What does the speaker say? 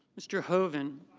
mr. hoven.